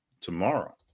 tomorrow